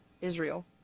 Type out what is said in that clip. Israel